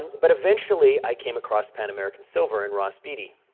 but eventually, i came across pan american silver and ross beaty.